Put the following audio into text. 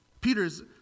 Peter's